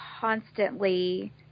constantly